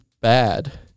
bad